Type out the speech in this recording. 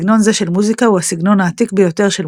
סגנון זה של מוזיקה הוא הסגנון העתיק ביותר של